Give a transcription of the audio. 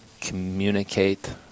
communicate